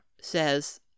says